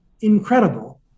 incredible